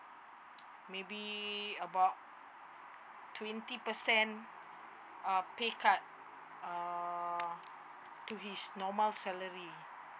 maybe about twenty percent uh pay cut uh to his normal salary